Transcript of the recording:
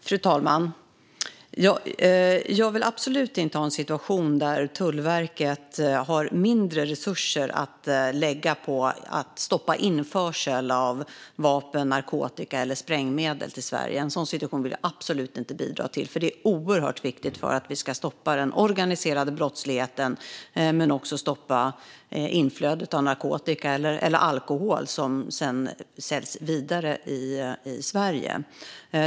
Fru talman! Jag vill absolut inte ha en situation där Tullverket har mindre resurser att lägga på att stoppa införsel av vapen, narkotika och sprängmedel till Sverige. En sådan situation vill jag absolut inte bidra till. Det är oerhört viktigt att stoppa den organiserade brottsligheten men också att stoppa inflödet av narkotika och alkohol som sedan säljs vidare i Sverige.